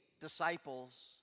disciples